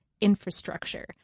infrastructure